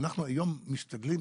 ואנחנו היום משתדלים,